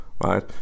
right